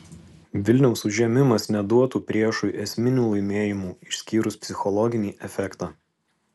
vilniaus užėmimas neduotų priešui esminių laimėjimų išskyrus psichologinį efektą